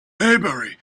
maybury